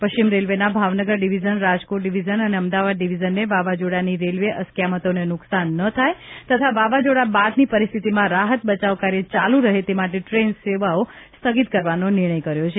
પશ્ચિમ રેલવેના Bhavnagar division Rajkot division અને અમદાવાદ ડિવિઝને વાવાઝોડાની રેલવે અસ્ક્યામતોને નુકશાન ન થાય તથા વાવાઝોડા બાદની પરિસ્થિતિમાં રાહત બચાવ કાર્ય ચાલુ રહે તે માટે ટ્રેન સેવાઓ સ્થગિત કરવાનો નિર્ણય કર્યો છે